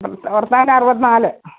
ഭർത്താവിന് അറുപത്തിനാല്